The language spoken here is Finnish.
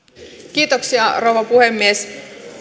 kiitoksia rouva puhemies